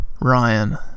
Ryan